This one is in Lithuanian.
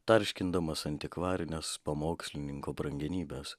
tarškindamas antikvarines pamokslininko brangenybes